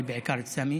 אבל בעיקר את סמי.